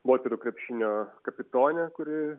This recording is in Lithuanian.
moterų krepšinio kapitone kuri